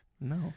No